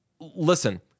listen